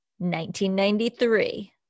1993